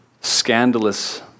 scandalous